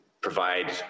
provide